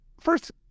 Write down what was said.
first